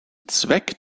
zweck